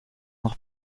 noch